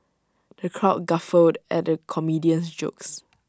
the crowd guffawed at the comedian's jokes